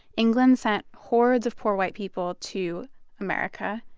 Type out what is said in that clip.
england sent hordes of poor, white people to america.